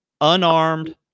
unarmed